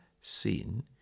sin